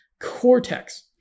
cortex